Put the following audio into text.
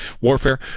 warfare